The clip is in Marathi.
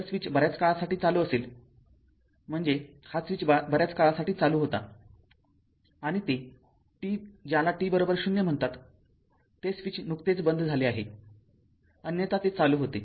जर स्विच बर्याच काळासाठी चालू असेल म्हणजेहा स्विच बर्याच काळासाठी चालू होता आणि ते t ज्याला t ० म्हणतातते स्विच नुकतेच बंद झाले आहे आहे अन्यथा ते चालू होते